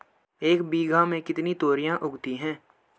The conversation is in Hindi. एक बीघा में कितनी तोरियां उगती हैं?